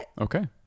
Okay